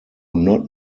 not